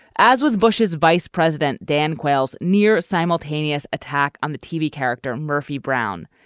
as with bush's vice president dan quayle's near simultaneous attack on the tv character murphy brown.